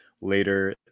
later